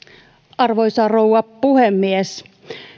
arvoisa rouva puhemies